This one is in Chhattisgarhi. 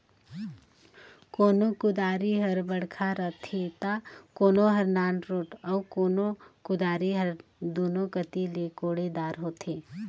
कोनो कुदारी हर बड़खा रहथे ता कोनो हर नानरोट अउ कोनो कुदारी हर दुनो कती ले कोड़े दार होथे